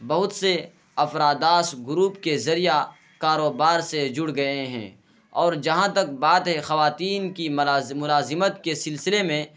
بہت سے افراد اس گروپ کے ذریعہ کاروبار سے جڑ گئے ہیں اور جہاں تک بات ہے خواتین کی ملازمت کے سلسلے میں